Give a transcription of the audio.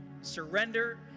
surrender